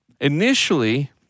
initially